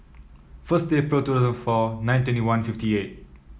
first April two thousand four nine twenty one fifty eight